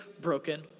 broken